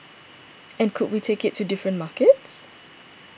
and could we take it to different markets